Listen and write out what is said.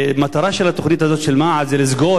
המטרה של התוכנית הזאת של מע"צ היא לסגור